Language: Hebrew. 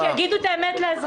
לא, שיגידו את האמת לאזרחים.